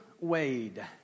Wade